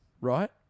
right